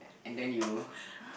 and then you